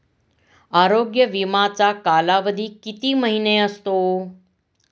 आरोग्य विमाचा कालावधी किती महिने असतो?